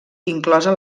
inclosa